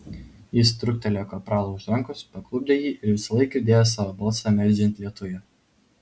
jis trūktelėjo kapralą už rankos paklupdė jį ir visąlaik girdėjo savo balsą meldžiant lietuje